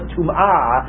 Tum'ah